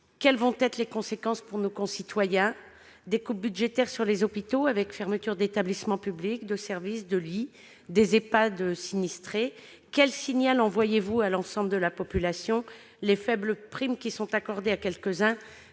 Quelles en seront les conséquences pour nos concitoyens ? Des coupes budgétaires sur les hôpitaux, avec fermetures d'établissements publics, de services, de lits, et des Ehpad sinistrés ! Quel signal envoyez-vous à l'ensemble de la population ? Les faibles primes accordées à quelques-uns